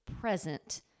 present